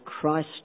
Christ